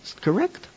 correct